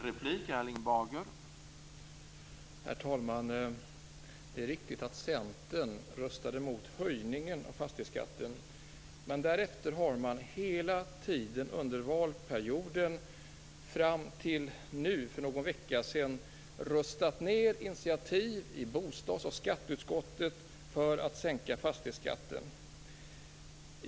Herr talman! Det är riktigt att Centern röstade emot höjningen av fastighetsskatten, men därefter har man hela tiden under valperioden fram till för någon vecka sedan röstat ned initiativ i bostads och skatteutskotten för att sänka fastighetsskatten.